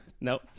Nope